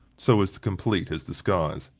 so as to complete his disguise.